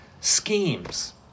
schemes